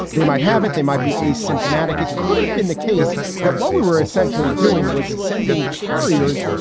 they might have it, they might be asymptomatic. it could have been the case that what we were essentially doing was sending carriers,